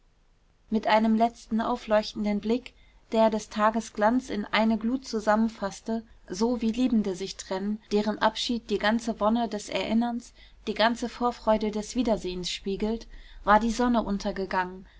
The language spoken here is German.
mit einem letzten aufleuchtenden blick der des tages glanz in eine glut zusammenfaßte so wie liebende sich trennen deren abschied die ganze wonne des erinnerns die ganze vorfreude des wiedersehens spiegelt war die sonne untergegangen